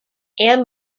and